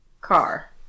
car